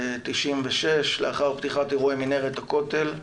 ב-96' לאחר פתיחת אירועי מנהרת הכותל,